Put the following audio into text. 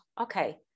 okay